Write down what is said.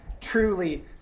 truly